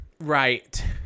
Right